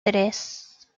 tres